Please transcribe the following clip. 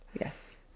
Yes